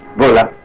bhola.